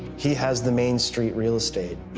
he has the main street real estate.